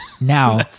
Now